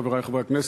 חברי חברי הכנסת,